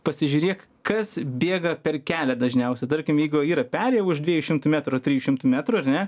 pasižiūrėk kas bėga per kelią dažniausia tarkim jeigu yra perėja už dviejų šimtų metrų trijų šimtų metrų ar ne